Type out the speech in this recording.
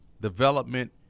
development